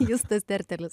justas tertelis